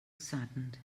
saddened